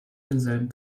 denselben